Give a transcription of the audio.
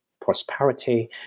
prosperity